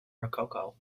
rococo